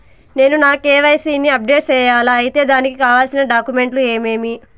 నేను నా కె.వై.సి ని అప్డేట్ సేయాలా? అయితే దానికి కావాల్సిన డాక్యుమెంట్లు ఏమేమీ?